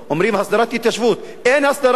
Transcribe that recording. אומרים "הסדרת התיישבות" אין הסדרה,